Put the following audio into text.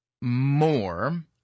more